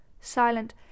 silent